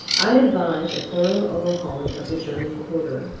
i advise a thorough overhauling of the german quarter,